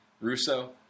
Russo